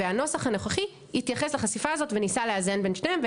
והנוסח הנוכחי התייחס לחשיפה הזאת וניסה לאזן בין שתיהן.